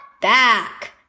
back